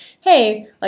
hey